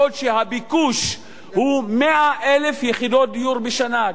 בעוד שהביקוש הוא 100,000 יחידות דיור בשנה.